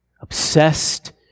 obsessed